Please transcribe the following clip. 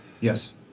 Yes